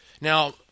Now